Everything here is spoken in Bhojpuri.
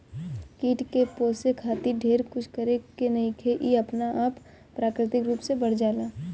कीट के पोसे खातिर ढेर कुछ करे के नईखे इ अपना आपे प्राकृतिक रूप से बढ़ जाला